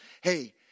Hey